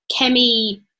kemi